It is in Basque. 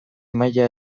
maila